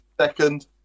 Second